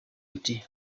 ati